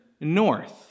north